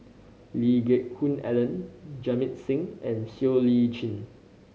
Lee Geck Hoon Ellen Jamit Singh and Siow Lee Chin